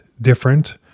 different